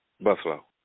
Buffalo